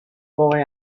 boy